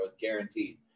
guaranteed